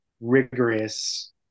rigorous